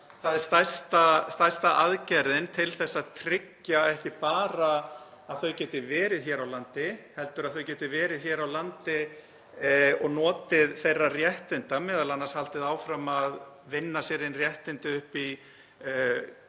það er stærsta aðgerðin til að tryggja ekki bara að þau geti verið hér á landi heldur að þau geti verið hér á landi og notið þeirra réttinda, m.a. haldið áfram að vinna sér inn réttindi upp í